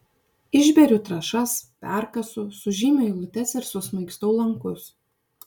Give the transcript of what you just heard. išberiu trąšas perkasu sužymiu eilutes ir susmaigstau lankus